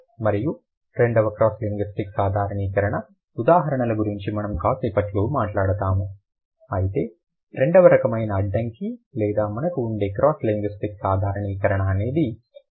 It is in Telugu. మరియు రెండవ క్రాస్ లింగ్విస్టిక్ సాధారణీకరణ ఉదాహరణల గురించి మనము కాసేపట్లో మాట్లాడుతాము అయితే రెండవ రకమైన అడ్డంకి లేదా మనకు ఉండే క్రాస్ లింగ్విస్టిక్ సాధారణీకరణ అనేది ఒక రకంగా ప్రధానమైనది